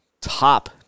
top